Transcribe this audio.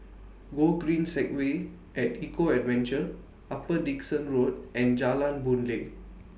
Gogreen Segway At Eco Adventure Upper Dickson Road and Jalan Boon Lay